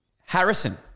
Harrison